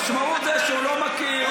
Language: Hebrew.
המשמעות זה שהוא לא מכיר,